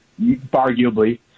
arguably